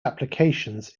applications